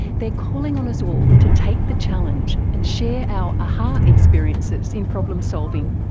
they're calling on us all to take the challenge and share our a-ha experiences in problem solving.